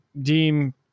deem